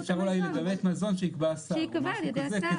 שייקבע על ידי השר.